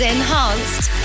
Enhanced